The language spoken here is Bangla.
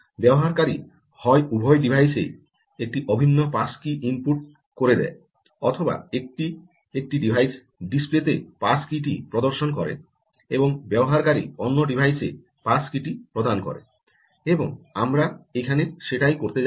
ব্যবহারকারী হয় উভয় ডিভাইসে একটি অভিন্ন পাস কী ইনপুট করে দেয় অথবা একটি একটি ডিভাইস ডিসপ্লে তে পাস কী টি প্রদর্শন করে এবং ব্যবহারকারী অন্য ডিভাইসে পাস কী টি প্রদান করে এবং আমরা এখানে সেটাই করতে যাচ্ছি